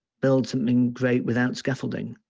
build something great without scaffolding,